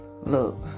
Look